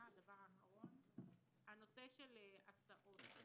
בנושא ההסעות,